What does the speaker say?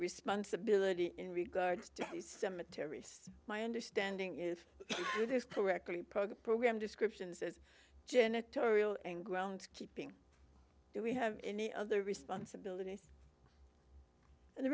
responsibility in regards to the cemetery my understanding is correctly program descriptions as janitorial and grounds keeping it we have any other responsibility and the